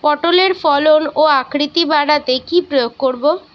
পটলের ফলন ও আকৃতি বাড়াতে কি প্রয়োগ করব?